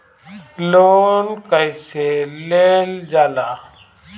Loan कईसे लेल जाला?